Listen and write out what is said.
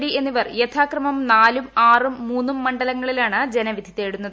D എന്നിവർ യഥാക്രമം നാലും ആറും മൂന്നും മണ്ഡലങ്ങളിലാണ് ജനവിധി തേടുന്നത്